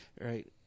right